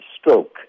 stroke